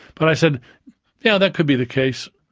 but i said yeah, that could be the case,